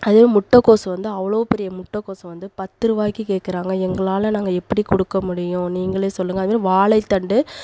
அதுவே முட்டக்கோஸு வந்து அவ்வளோ பெரிய முட்டக்கோஸு வந்து பத்துரூவாய்கி கேட்க்குறாங்க எங்களால் நாங்கள் எப்படி கொடுக்க முடியும் நீங்களே சொல்லுங்க அதுமாதிரி வாழைத்தண்டு